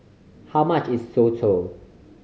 how much is soto